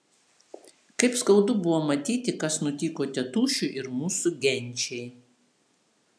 kaip skaudu buvo matyti kas nutiko tėtušiui ir mūsų genčiai